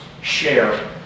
share